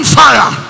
fire